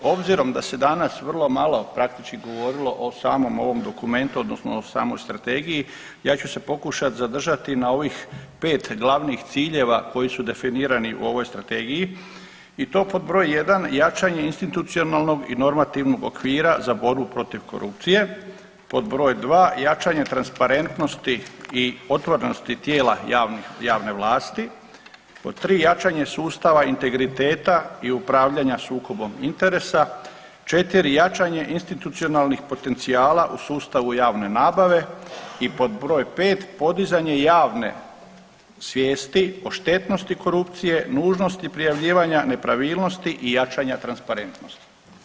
Obzirom da se danas vrlo malo praktički govorilo o samom ovom dokumentu odnosno o samoj strategiji, ja ću se pokušati zadržati na ovih pet glavnih ciljeva koji su definirani u ovoj strategiji i to pod broj jedan jačanje institucionalnog i normativnog okvira za borbu protiv korupcije, pod broj dva jačanje transparentnosti i otvorenosti tijela javne vlasti, pod tri jačanje sustava integriteta i upravljanja sukobom interesa, četiri jačanje institucionalnih potencijala u sustavu javne nabave i pod broj pet podizanje javne svijesti o štetnosti korupcije nužnosti prijavljivanja nepravilnosti i jačanja transparentnosti.